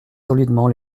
solidement